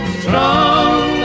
strong